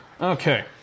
Okay